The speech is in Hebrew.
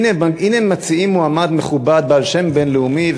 הנה מציעים מועמד מכובד בעל שם בין-לאומי,